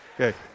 Okay